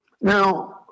Now